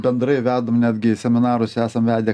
bendrai vedam netgi seminarus esam vedę